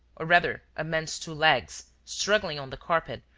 or rather a man's two legs struggling on the carpet,